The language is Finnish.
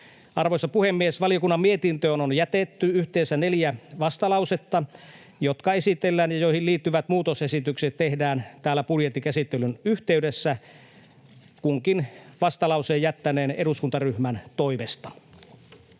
Arvoisa puhemies! Valiokunnan mietintöön on jätetty yhteensä neljä vastalausetta, jotka esitellään ja joihin liittyvät muutosesitykset tehdään täällä budjettikäsittelyn yhteydessä kunkin vastalauseen jättäneen eduskuntaryhmän toimesta.